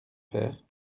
faire